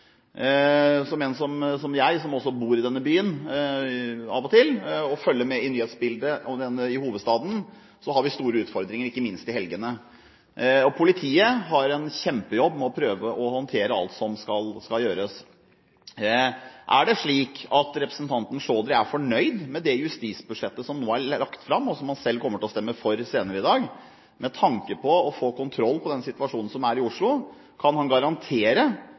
har en kjempejobb med å prøve å håndtere alt som skal gjøres. Er det slik at representanten Chaudhry er fornøyd med det justisbudsjettet som nå er lagt fram, og som han selv kommer til å stemme for senere i dag? Med tanke på å få kontroll på den situasjonen som er i Oslo, kan han garantere